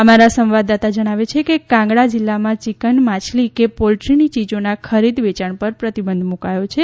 અમારા સંવાદદાતા જણાવે છે કે કાંગડા જિલ્લામાં ચીકન માછલી કે પોલ્ટ્રીની ચીજોના ખરીદ વેચાણ ઉપર પ્રતિબંધ મૂકાયો છે